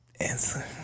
answer